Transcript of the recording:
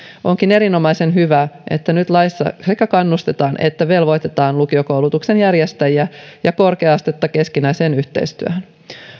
onkin erinomaisen hyvä että nyt laissa sekä kannustetaan että velvoitetaan lukiokoulutuksen järjestäjiä ja korkea astetta keskinäiseen yhteistyöhön